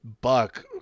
buck